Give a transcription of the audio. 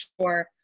sure